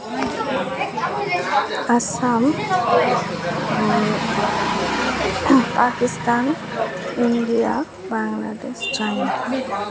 Assam Pakistan India Bangladesh China